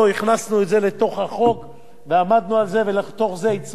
ועמדנו על זה, ולתוך זה הצמדתי הצעת חוק פרטית שלי